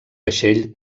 vaixell